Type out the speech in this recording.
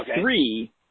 three